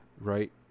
right